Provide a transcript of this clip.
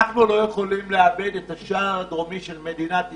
אנחנו לא יכולים לאבד את השער הדרומי של מדינת ישראל.